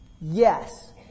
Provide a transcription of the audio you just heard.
Yes